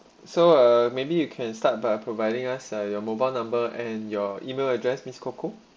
so uh maybe you can start by providing us uh your mobile number and your email address miss coco